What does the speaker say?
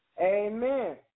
Amen